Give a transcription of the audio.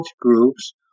groups